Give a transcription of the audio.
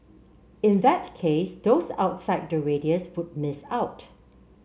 in that case those outside the radius would miss out